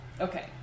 Okay